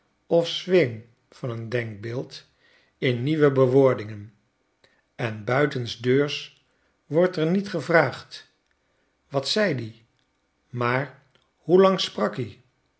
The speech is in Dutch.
of zweem van een denkbeeld in nieuwe bewoordingen en buitensdeurs wordt er niet gevraagd watzei i maar hoelangsprak i